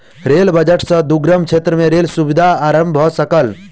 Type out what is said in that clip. rail budget सॅ दुर्गम क्षेत्र में रेल सुविधा आरम्भ भ सकल